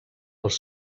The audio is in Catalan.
els